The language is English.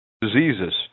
diseases